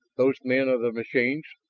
those men of the machines.